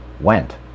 went